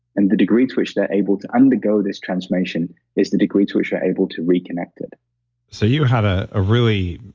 and the degree to which they're able to undergo this transformation is the degree to which they're able to reconnect it so, you have a ah really,